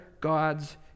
God's